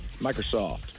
Microsoft